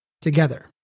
together